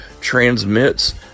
transmits